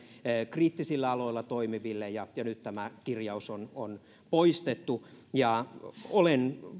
kriittisillä aloilla toimiville nyt tämä kirjaus on on poistettu ja olen